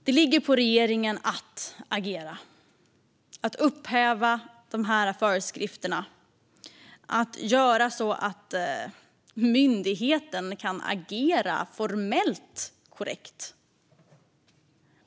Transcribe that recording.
Det ligger på regeringen att agera - att upphäva dessa föreskrifter och att göra så att myndigheten kan agera formellt korrekt.